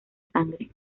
sangre